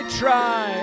try